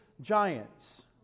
giants